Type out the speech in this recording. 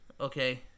okay